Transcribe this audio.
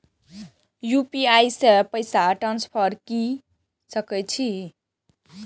UPI से पैसा transfer की सके छी?